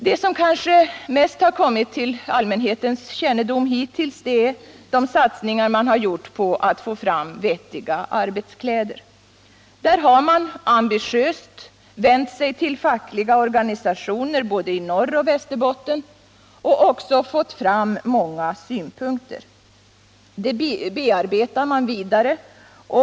Det som kanske mest har kommit till allmänhetens kännedom hittills är satsningarna på att få fram vettiga arbetskläder. Där har man ambitiöst vänt sig till fackliga organisationer både i Norrbotten och i Västerbotten och också fått fram många synpunkter som man arbetat vidare med.